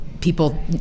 people